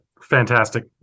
fantastic